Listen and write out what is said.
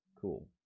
Cool